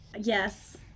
Yes